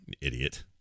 Idiot